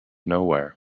nowhere